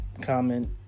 comment